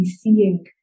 seeing